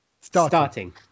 Starting